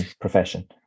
profession